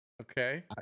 Okay